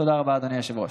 תודה רבה, אדוני היושב-ראש.